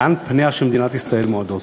לאן פניה של מדינת ישראל מועדות?